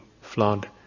flood